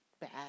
Bad